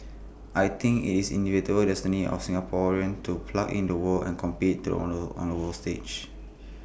I think it's the inevitable destiny of Singaporeans to plug into the world and compete the on the on the world stage